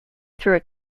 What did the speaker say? through